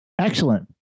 Excellent